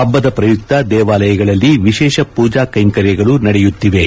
ಹಬ್ಬದ ಪ್ರಯುಕ್ತ ದೇವಾಲಯಗಳಲ್ಲಿ ವಿಶೇಷ ಮೂಜಾ ಕೈಂಕರ್ಯಗಳು ನಡೆಯುತ್ತಿವೆ